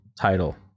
title